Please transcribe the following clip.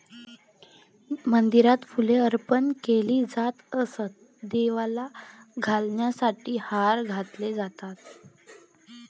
मंदिरात फुले अर्पण केली जात असत, देवाला घालण्यासाठी हार घातले जातात